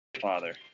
Father